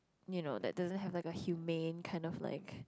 you know like doesn't have a human kind of like